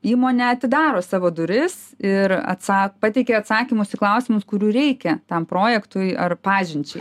įmonė atidaro savo duris ir atsa pateikia atsakymus į klausimus kurių reikia tam projektui ar pažinčiai